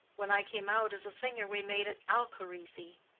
when i came out as a singer, we made it alcharisi.